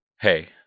Hey